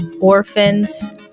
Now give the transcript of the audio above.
orphans